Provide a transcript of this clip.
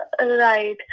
right